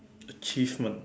achievement